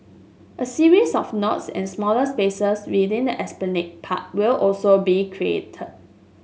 a series of nodes and smaller spaces within the Esplanade Park will also be created